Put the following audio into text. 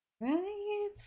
Right